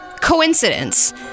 coincidence